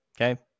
Okay